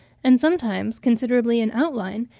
and sometimes considerably in outline,